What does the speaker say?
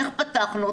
איך פתחנו?